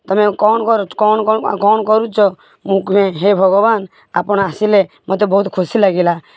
ତୁମେ କ'ଣ କରୁ କ'ଣ କ'ଣ କରୁଛ ମୁଁ କୁହେ ହେ ଭଗବାନ ଆପଣ ଆସିଲେ ମୋତେ ବହୁତ ଖୁସି ଲାଗିଲା